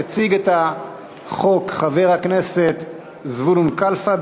יציג את החוק חבר הכנסת זבולון קלפה,